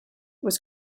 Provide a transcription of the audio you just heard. was